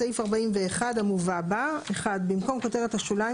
בסעיף 41 המובא בה - במקום כותבת השוליים,